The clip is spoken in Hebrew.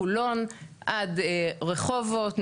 חולון עד רחובות,